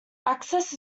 access